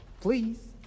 Please